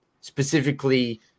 specifically